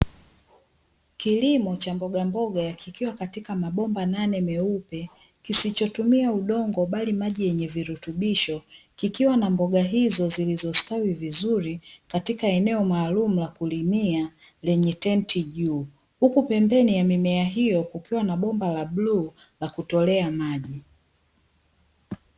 Kilimo cha mbogamboga kikiwa katika mabomba nane meupe kisichotumia udongo bali maji yenye virutubisho kikiwa na mboga hizo zilizostawi vizuri katika eneo maalumu lakulimia lenye tenti juu. Huku pembeni ya mimea hiyo kukiwa na bomba la buluu lakutolea maji.